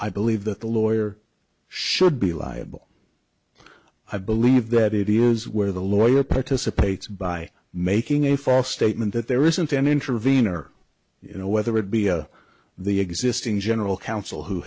i believe that the lawyer should be liable i believe that it is where the lawyer participates by making a false statement that there isn't any intervene or you know whether it be the existing general counsel who